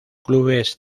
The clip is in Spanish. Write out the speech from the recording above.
clubes